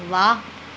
ਵਾਹ